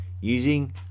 using